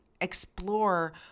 explore